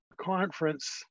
conference